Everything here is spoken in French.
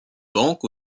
banque